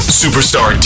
superstar